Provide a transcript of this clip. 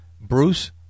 Bruce